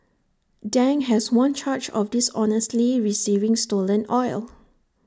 Dang has one charge of dishonestly receiving stolen oil